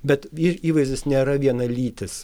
bet į įvaizdis nėra vienalytis